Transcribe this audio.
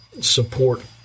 support